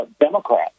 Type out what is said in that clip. Democrat